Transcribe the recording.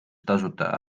tasuta